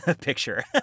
picture